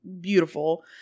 beautiful